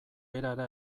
erara